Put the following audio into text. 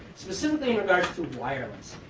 specifically in regards to wireless.